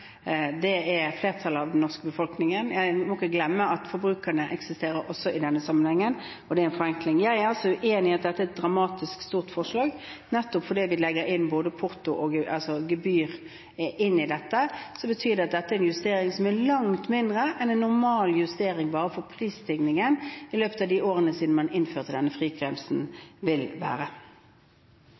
Det er flertallet av den norske befolkningen. Vi må ikke glemme at forbrukerne eksisterer også i denne sammenhengen, og det er en forenkling. Jeg er uenig i at dette er et dramatisk forslag. Nettopp fordi vi legger gebyr inn i dette, er dette en justering som er langt mindre enn en normal justering bare for prisstigningen i løpet av de årene som er gått siden man innførte denne frigrensen, vil være.